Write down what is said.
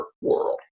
world